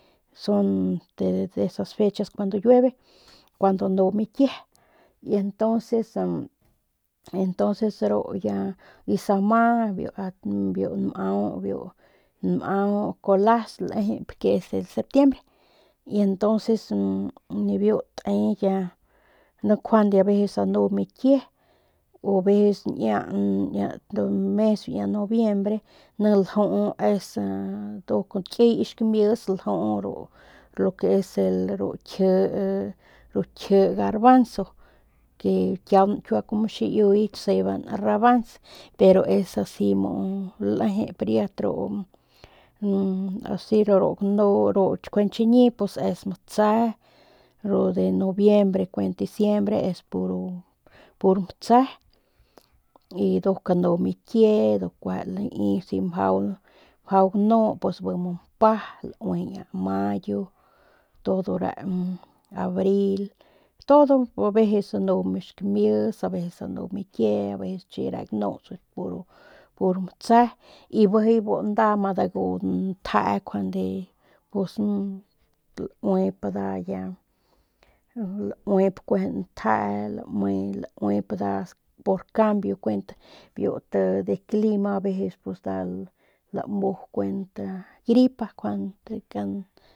Son de esas fechas cuando llueve cuando nu mikie y entonces y entonces ru ya y sama at nmau biu colas lejep ke es el septiembre y entonces nibiu te ya ni njuande aveces anu mikie o aveces niña t mes de noviembre ni ljuu esa kiy ki xkamis ljuu lo que es ru kji ru kji garbanzo ke kiaun kiua kumu xiiuy taseban grabans pero es asi mu lejep riat ru asi ru njuande chiñi pues es matse ru de noviembre kuent diciembre kuent pur matse y nduk anu mikie y nduk kueje lai si mjau ganu pus si laui mpa niña mayo todo re abril todo aveces anu xkamis pues aveces anu mikie aveces chi re ganu pur matse y bijiy bu nda ma dagu ntjee njuande lauep nda ya lauep kueje ntjee lauep por cambio kuent de clima aveces nda lamu kuent gripa kuent ta.